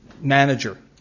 manager